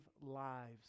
lives